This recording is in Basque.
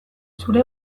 zure